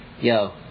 Yo